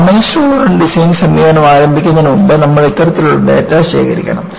damage tolerant design സമീപനം ആരംഭിക്കുന്നതിന് മുമ്പ് നമ്മൾ ഇത്തരത്തിലുള്ള ഡാറ്റ ശേഖരിക്കണം